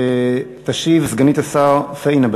תשיב סגנית השר פניה קירשנבאום.